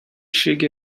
chegue